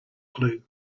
clue